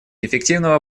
эффективного